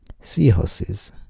seahorses